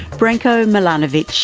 branko milanovic,